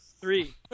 Three